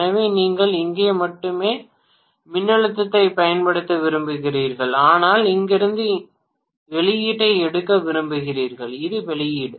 எனவே நீங்கள் இங்கே மட்டுமே மின்னழுத்தத்தைப் பயன்படுத்த விரும்புகிறீர்கள் ஆனால் இங்கிருந்து இங்கிருந்து வெளியீட்டை எடுக்க விரும்புகிறீர்கள் இது வெளியீடு